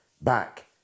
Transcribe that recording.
back